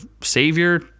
savior